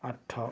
ଆଠ